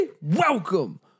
Welcome